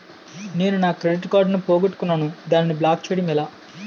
నేను నా credit card పోగొట్టుకున్నాను దానిని బ్లాక్ చేయడం ఎలా?